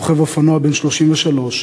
רוכב אופנוע בן 33,